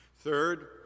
Third